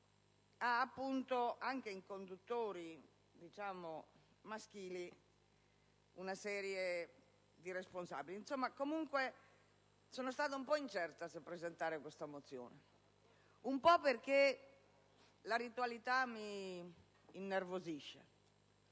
ha appunto anche in conduttori maschili una serie di responsabili. Sono stata un po' incerta se presentare questa mozione, un po' perché la ritualità mi innervosisce